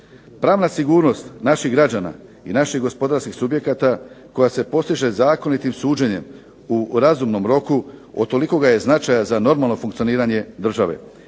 Pravna sigurnost naših građana i naših gospodarskih subjekata koja se postiže zakonitim suđenjem u razumnom roku od tolikoga je značaja za normalno funkcioniranje države,